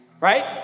right